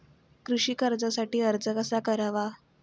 कृषी कर्जासाठी अर्ज कसा करावा?